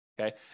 okay